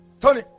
tony